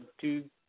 two